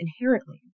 inherently